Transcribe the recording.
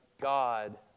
God